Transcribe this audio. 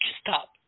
stop